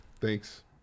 Thanks